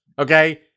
Okay